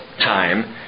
time